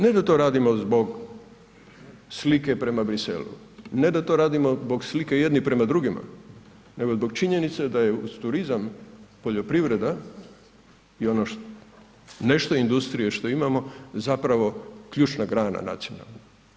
Ne da to radimo zbog slike prema Bruxellesu, ne da to radimo zbog slike jedni prema drugima nego zbog činjenice da je uz turizam poljoprivreda i ono nešto industrije što imamo zapravo ključna grana nacionalna.